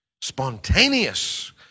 spontaneous